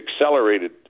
accelerated